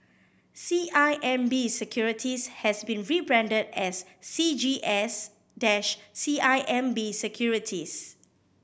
C I M B Securities has been rebranded as C G S dash C I M B Securities